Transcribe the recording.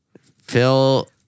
Phil